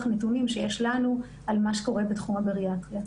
הנתונים שיש לנו על מה שקורה בתחום הבריאטריה.